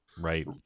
right